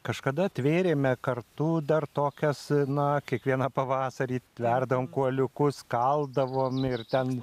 kažkada atvėrėme kartu dar tokias na kiekvieną pavasarį tverdavom kuoliukus kaldavom ir ten